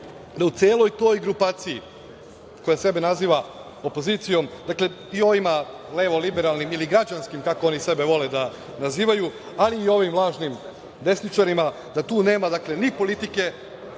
da u celoj toj grupaciji koja sebe naziva opozicijom i ovima levoliberalnim ili građanskim, kako oni sebe vole da nazivaju, ali i ovim lažnim desničarima, da tu nema ni politike,